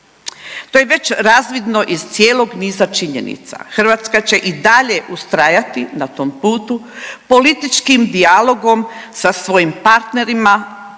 To je već razvidno iz cijelog niza činjenica. Hrvatska će i dalje ustrajati na tom putu političkim dijalogom sa svojim partnerima